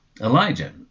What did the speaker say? elijah